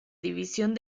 división